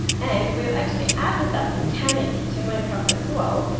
and we've actually added that's mechanic to minecraft as well.